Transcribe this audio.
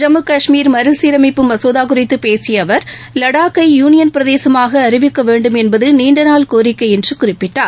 ஜம்மு கஷ்மீர் மறுசீரமைப்பு மசோதாகுறித்தபேசியஅவர் லடாக்கை யூனியன் பிரதேசமாகஅறிவிக்கவேண்டும் என்பதுநீண்டநாள் கோரிக்கைஎன்றுகுறிப்பிட்டார்